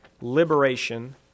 liberation